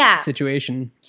situation